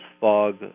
fog